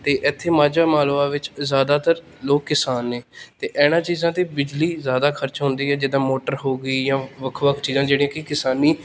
ਅਤੇ ਇੱਥੇ ਮਾਝਾ ਮਾਲਵਾ ਵਿੱਚ ਜ਼ਿਆਦਾਤਰ ਲੋਕ ਕਿਸਾਨ ਨੇ ਅਤੇ ਇਹਨਾਂ ਚੀਜ਼ਾਂ 'ਤੇ ਬਿਜਲੀ ਜ਼ਿਆਦਾ ਖਰਚ ਹੁੰਦੀ ਆ ਜਿੱਦਾਂ ਮੋਟਰ ਹੋ ਗਈ ਜਾਂ ਵੱਖ ਵੱਖ ਚੀਜ਼ਾਂ ਜਿਹੜੀਆਂ ਕਿ ਕਿਸਾਨੀ